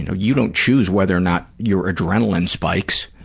you know, you don't choose whether or not your adrenaline spikes.